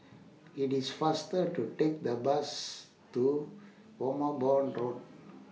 IT IS faster to Take The Bus to Road